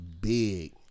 big